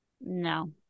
no